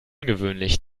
ungewöhnlich